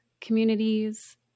communities